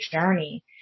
journey